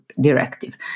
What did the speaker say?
directive